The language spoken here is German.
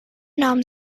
nahmen